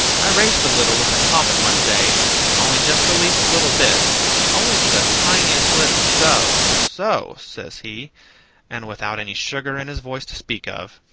i raced a little with a comet one day only just the least little bit only the tiniest lit so so, says he and without any sugar in his voice to speak of.